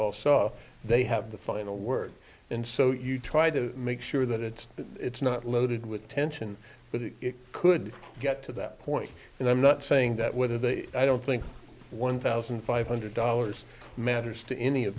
saw they have the final word in so you try to make sure that it's it's not loaded with tension but it could get to that point and i'm not saying that would have i don't think one thousand five hundred dollars matters to any of